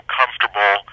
comfortable